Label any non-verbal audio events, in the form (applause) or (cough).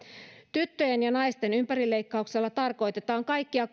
tyttöjen ja naisten ympärileikkauksella tarkoitetaan kaikkia (unintelligible)